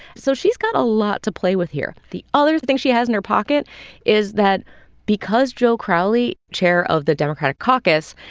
so she's got a lot to play with here. the other thing she has in her pocket is that because joe crowley, chair of the democratic caucus,